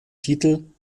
titel